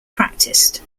practiced